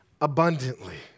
abundantly